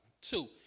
Two